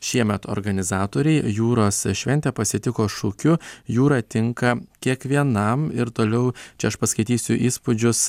šiemet organizatoriai jūros šventę pasitiko šūkiu jūra tinka kiekvienam ir toliau čia aš paskaitysiu įspūdžius